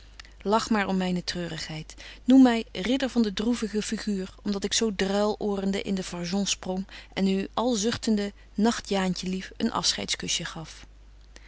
maar om myne treurigheid noem my ridder van de droevige figuur om dat ik zo druil oorende in de fargon sprong en u al zuchtende nagt jaantje lief een afscheids kusje gaf